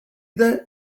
that